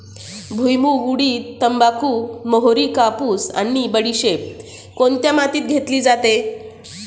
भुईमूग, उडीद, तंबाखू, मोहरी, कापूस आणि बडीशेप कोणत्या मातीत घेतली जाते?